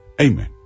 Amen